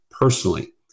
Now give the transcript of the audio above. personally